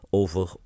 over